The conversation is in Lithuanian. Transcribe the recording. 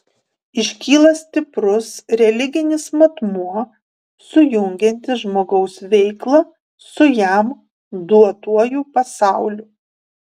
iškyla stiprus religinis matmuo sujungiantis žmogaus veiklą su jam duotuoju pasauliu